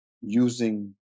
using